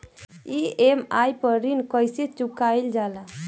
EMI पर ऋण कईसे चुकाईल जाला?